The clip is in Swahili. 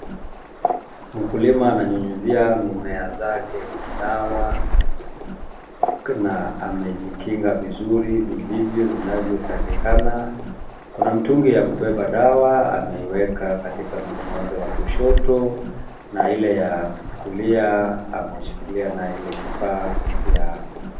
Mkulima ananyunyizia mimea zake dawa. Kuna amejikinga vizuri vilivyo zinavyotakikana. Kuna mtungi ya kubeba dawa ameiweka katika mkono wake wa kushoto na ile ya kulia ameshikilia naye ile kifaa ya.